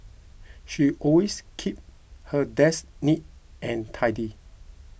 she always keeps her desk neat and tidy